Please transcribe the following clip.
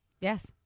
Yes